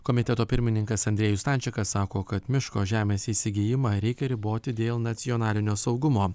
komiteto pirmininkas andrejus stančikas sako kad miško žemės įsigijimą reikia riboti dėl nacionalinio saugumo